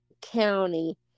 county